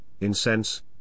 incense